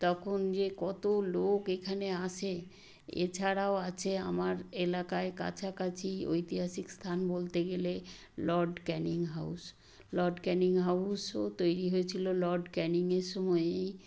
তখন যে কত লোক এখানে আসে এছাড়াও আছে আমার এলাকায় কাছাকাছি ঐতিহাসিক স্থান বলতে গেলে Lord Canning House Lord Canning হাউসও তৈরী হয়েছিলো লর্ড ক্যানিংয়ের সময়েই